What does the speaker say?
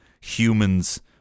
humans